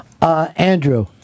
Andrew